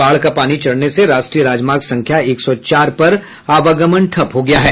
बाढ़ का पानी चढ़ने से राष्ट्रीय राजमार्ग संख्या एक सौ चार पर आवागमन ठप हो गया है